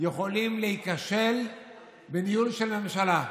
יכולים להיכשל בניהול של ממשלה.